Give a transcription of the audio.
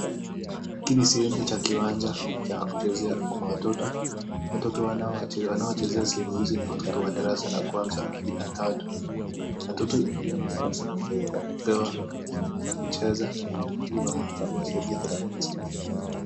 Hizi ni sehemu za kiwacha cha kuchezea kwa watoto, watoto wanaochezea ni watoto wa darasa la kwanza, ila tatu, ni muhimu sana kupewa wakati wakucheza ili iwasaidie katika masomo yao.